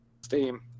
steam